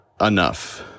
enough